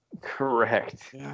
Correct